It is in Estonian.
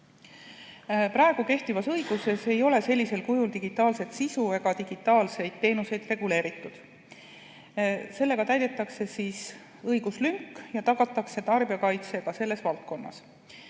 Praegu kehtivas õiguses ei ole sellisel kujul digitaalset sisu ega digitaalseid teenuseid reguleeritud. Sellega täidetakse õiguslünk ja tagatakse tarbijakaitse ka selles valdkonnas.